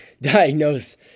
diagnose